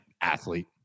athlete